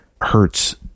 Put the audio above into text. hurts